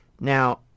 Now